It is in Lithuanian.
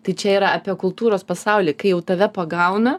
tai čia yra apie kultūros pasaulį kai jau tave pagauna